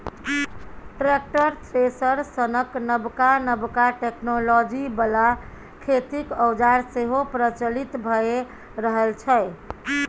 tractor, thresher सनक नबका नबका टेक्नोलॉजी बला खेतीक औजार सेहो प्रचलित भए रहल छै